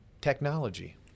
Technology